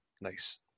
Nice